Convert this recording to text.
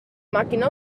màquina